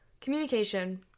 Communication